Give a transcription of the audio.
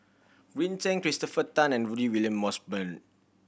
Green Zeng Christopher Tan and Rudy William Mosbergen